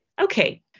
Okay